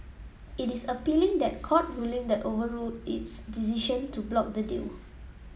it is appealing the court ruling that overruled its decision to block the deal